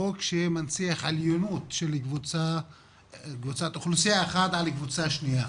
חוק שמנציח עליונות של קבוצת אוכלוסייה אחת על קבוצה שנייה.